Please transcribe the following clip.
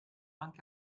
anche